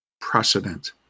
precedent